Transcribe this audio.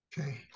okay